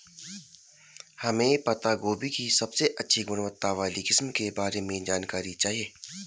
हमें पत्ता गोभी की सबसे अच्छी गुणवत्ता वाली किस्म के बारे में जानकारी चाहिए?